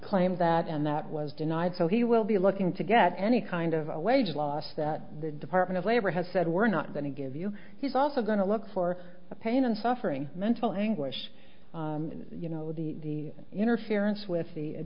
claims that and that was denied so he will be looking to get any kind of a wage loss that the department of labor has said we're not going to give you he's also going to look for pain and suffering mental anguish you know the interference with the